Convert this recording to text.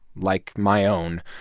like my own,